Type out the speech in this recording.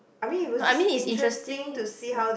I mean is interesting like